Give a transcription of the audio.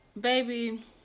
baby